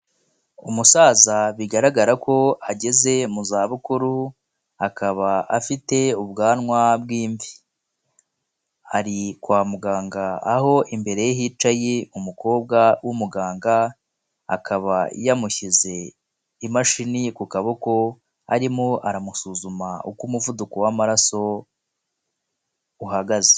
Umusaza bigaragara ko ageze mu zabukuru, akaba afite ubwanwa bwimvi, ari kwa muganga aho imbere ye hicaye umukobwa wumuganga, akaba yamushyize imashini ku kaboko ,arimo aramusuzuma uko umuvuduko w'amaraso uhagaze.